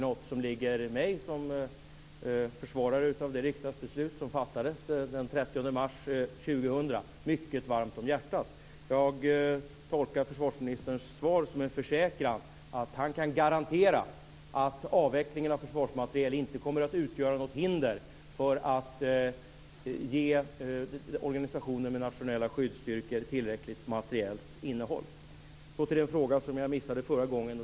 Det är en organisation som översiktligt ska omfatta en mängd förband, kanske upp till 30 000 Jag tolkar försvarsministerns svar som en försäkran om att han kan garantera att avvecklingen av försvarsmateriel inte kommer att utgöra något hinder för att ge de nationella skyddsstyrkorna tillräckligt med materiel. Så till den fråga jag missade förra gången.